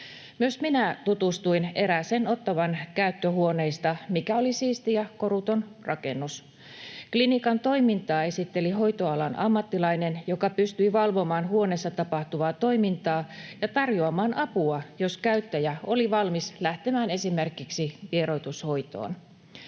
Myös minä tutustuin erääseen Ottawan käyttöhuoneista, mikä oli siisti ja koruton rakennus. Klinikan toimintaa esitteli hoitoalan ammattilainen, joka pystyi valvomaan huoneessa tapahtuvaa toimintaa ja tarjoamaan apua, jos käyttäjä oli valmis lähtemään esimerkiksi vieroitushoitoon.